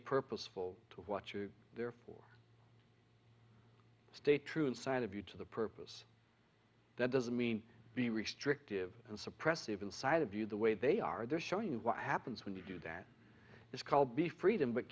purposeful to what you therefore stay true inside of you to the purpose that doesn't mean the restrictive and suppressive inside of you the way they are they're showing you what happens when you do that it's called the freedom but